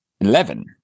Eleven